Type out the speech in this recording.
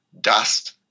dust